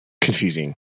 confusing